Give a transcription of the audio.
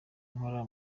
nkora